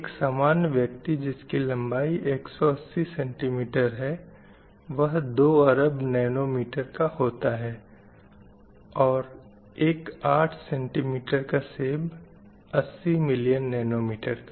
एक सामान्य व्यक्ति जिसकी लम्बाई 180 cm है वह लगभग 2 अरब नैनो मीटर का होता है और एक 8 cm का सेब 80 मिलीयन नैनोमीटर का